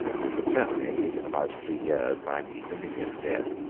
which were terminated, in about three years, by an ignominious death.